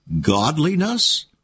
godliness